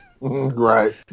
Right